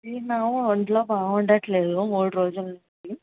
ఇది నా ఒంట్లో బావుండడం లేదు మూడు రోజుల నుంచి